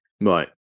right